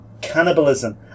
cannibalism